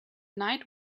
night